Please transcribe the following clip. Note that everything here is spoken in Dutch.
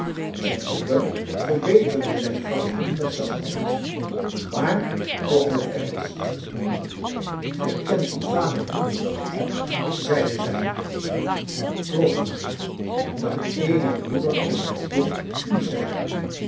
zijne moeder verbeterde zijne fouten met zachtheid maar toch met ernst gij kent uw fabel niet zeide zij het trof mij dat eene moeder tot haar kind u zeide